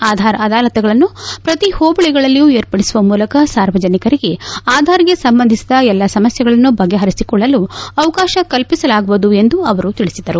ಆಧಾರ್ ಅದಾಲತ್ಗಳನ್ನು ಪ್ರತಿ ಹೋಬಳಿಗಳಲ್ಲಿಯೂ ವಿರ್ಪಡಿಸುವ ಮೂಲಕ ಸಾರ್ವಜನಿಕರಿಗೆ ಆಧಾರ್ಗೆ ಸಂಬಂಧಿಸಿದ ಎಲ್ಲ ಸಮಸ್ಥೆಗಳನ್ನು ಬಗೆಹರಿಸಿಕೊಳ್ಳಲು ಅವಕಾಶ ಕಲ್ಪಿಸಲಾಗುವುದು ಎಂದು ಅವರು ತಿಳಿಸಿದರು